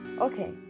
okay